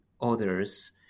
others